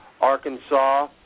Arkansas